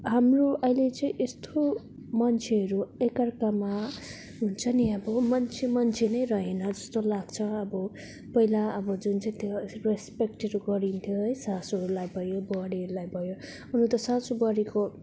हाम्रो अहिले चाहिँ यस्तो मान्छेहरू एक अर्कामा हुन्छ नि अब मान्छे मान्छे नै रहेन जस्तो लाग्छ अब पहिला अब जुन चाहिँ त्यो रेस्पेक्टहरू गरिन्थ्यो है सासूहरूलाई भयो बुहारीहरूलाई भयो हुनु त सासू बुहारीको